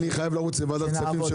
אני חייב לרוץ לוועדת הכספים,